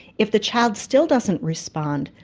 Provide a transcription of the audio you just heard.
if the child still doesn't respond,